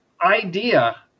idea